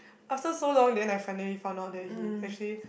after so long then I finally find out then he actually